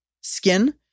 skin